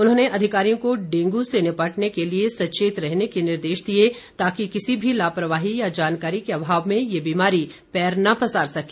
उन्होंने अधिकारियों को डेंगू से निपटने के लिए सचेत रहने के निर्देश दिए ताकि किसी भी लापरवाही या जानकारी के अभाव में ये बीमारी पैर न पसार सके